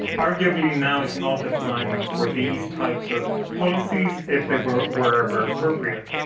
arguably now is not the time for these types of policies, if they were were ever appropriate,